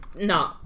No